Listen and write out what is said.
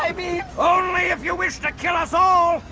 i mean only if you wish to kill us all,